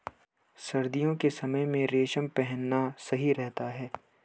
सर्दियों के समय में रेशम पहनना सही रहता है